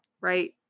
right